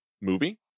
movie